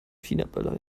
chinaböller